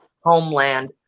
homeland